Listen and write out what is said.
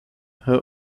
her